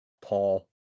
Paul